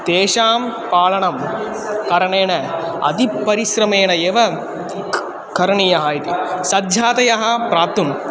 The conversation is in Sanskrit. तेषां पालनं करणेन अतिपरिश्रमेण एव क् करणीयः इति सञ्जातः प्राप्तुम्